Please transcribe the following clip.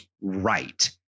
right